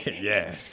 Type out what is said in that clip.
Yes